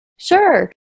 Sure